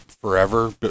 forever